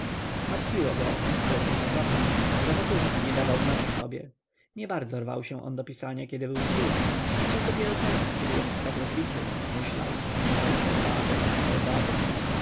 martwiło go ale tylko trochę że wokulski nie dawał znać o sobie uważał to przecież za zwykłe dziwactwo niebardzo rwał się on do pisania kiedy był zdrów więc cóż dopiero teraz kiedy jest tak rozbity myślał oj te baby te baby